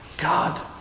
God